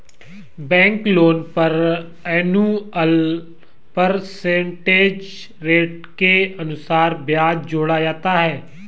bank loan पर annual percentage rate के अनुसार ब्याज जोड़ा जाता है